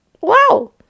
wow